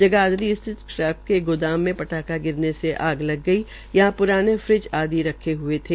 जगाधरी स्थित स्क्रैप के एक गोदाम में पटाखा गिरने से आग लग गई यहां प्राने फ्रिज आदि रखे थे